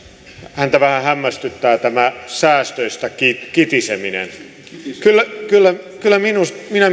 häntä vähän hämmästyttää tämä säästöistä kitiseminen kyllä kyllä minä